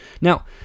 Now